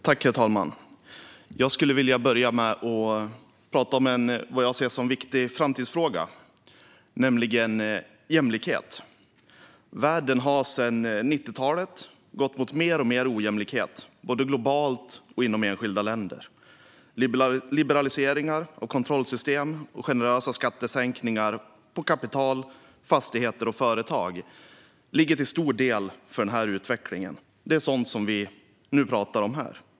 Herr talman! Jag ska börja med att tala om en viktig framtidsfråga, jämlikhet. Sedan 90-talet har världen gått mot mer och mer ojämlikhet både globalt och inom enskilda länder. Liberaliseringar av kontrollsystem och generösa skattesänkningar på kapital, fastigheter och företag ligger till stor del bakom denna utveckling - alltså sådant vi talar om nu.